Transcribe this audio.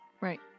right